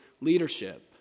leadership